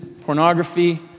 pornography